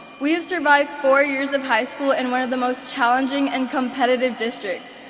we have survived four years of high school in one of the most challenging and competitive districts.